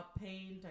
paint